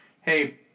Hey